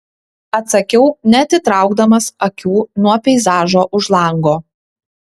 atsakiau neatitraukdamas akių nuo peizažo už lango